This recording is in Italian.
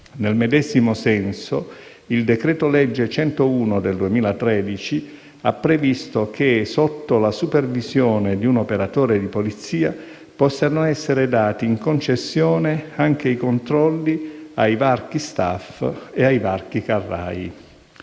Nel medesimo senso, il decreto-legge n. 101 del 2013 ha previsto che, sotto la supervisione di un operatore di polizia, possano essere dati in concessione anche i controlli ai varchi *staff* e ai varchi carrai.